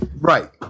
Right